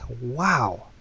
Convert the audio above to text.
Wow